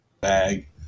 bag